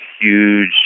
huge